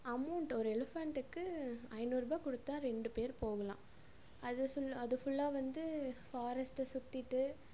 amount ஒரு எலஃபேண்டுக்கு ஐநூறுபாய் கொடுத்தா ரெண்டு பேர் போகலாம் அது ஃபுல்லாக அது ஃபுல்லாக வந்து ஃபாரஸ்ட்டை சுற்றிட்டு